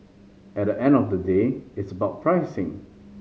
at the end of the day it's about pricing